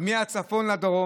מהצפון לדרום.